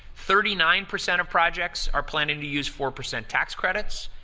thirty nine percent of projects are planning to use four percent tax credits,